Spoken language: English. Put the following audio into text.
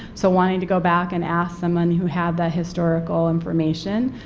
so wanting to go back and ask someone who had that historical information,